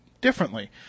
differently